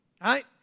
Right